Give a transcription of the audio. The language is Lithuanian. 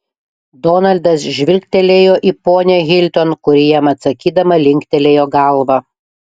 donaldas žvilgtelėjo į ponią hilton kuri jam atsakydama linktelėjo galvą